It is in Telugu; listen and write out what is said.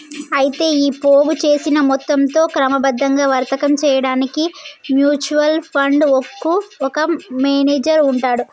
అయితే ఈ పోగు చేసిన మొత్తంతో క్రమబద్ధంగా వర్తకం చేయడానికి మ్యూచువల్ ఫండ్ కు ఒక మేనేజర్ ఉంటాడు